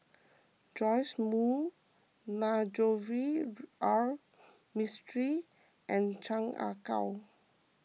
Joash Moo Navroji R Mistri and Chan Ah Kow